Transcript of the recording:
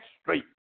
straight